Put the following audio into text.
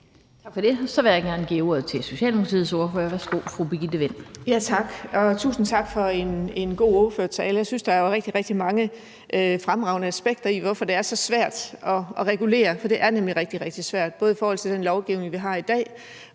Tak for det. Så vil jeg gerne give ordet til fru Birgitte Vind, Socialdemokratiet. Værsgo. Kl. 16:28 Birgitte Vind (S): Tak, og tusind tak for en god ordførertale. Jeg synes, der jo er rigtig, rigtig mange fremragende aspekter af, hvorfor det er så svært at regulere. For det er nemlig rigtig, rigtig svært, både i forhold til den lovgivning, vi har i dag,